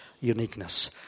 uniqueness